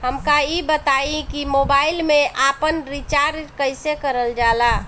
हमका ई बताई कि मोबाईल में आपन रिचार्ज कईसे करल जाला?